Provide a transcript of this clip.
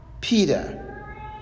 peter